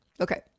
Okay